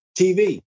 TV